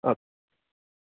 okay